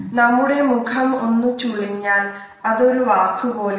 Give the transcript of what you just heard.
നമ്മുടെ മുഖം ഒന്നു ചുളിഞ്ഞാൽ അത് ഒരു വാക് പോലെയാണ്